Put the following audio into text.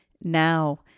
now